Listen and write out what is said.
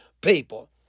people